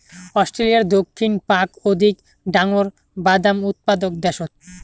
অস্ট্রেলিয়ার দক্ষিণ পাক অধিক ডাঙর বাদাম উৎপাদক দ্যাশ